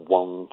one